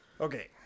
Okay